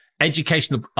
educational